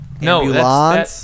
no